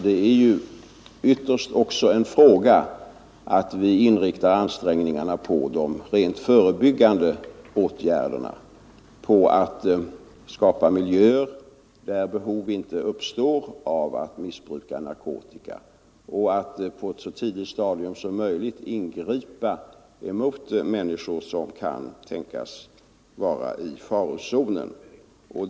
Det är ju ytterst fråga om att vi inriktar ansträngningarna på de rent förebyggande åtgärderna, att skapa miljöer där behov inte uppstår av att missbruka narkotika och att på ett så tidigt stadium som möjligt ingripa mot människor som kan tänkas vara i farozonen.